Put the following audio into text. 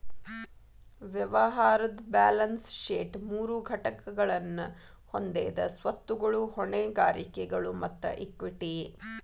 ವ್ಯವಹಾರದ್ balance sheet ಮೂರು ಘಟಕಗಳನ್ನ ಹೊಂದೆದ ಸ್ವತ್ತುಗಳು, ಹೊಣೆಗಾರಿಕೆಗಳು ಮತ್ತ ಇಕ್ವಿಟಿ